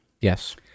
Yes